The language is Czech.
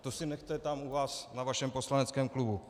To si nechte u vás na vašem poslaneckém klubu.